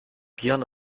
björn